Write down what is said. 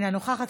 אינה נוכחת,